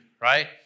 right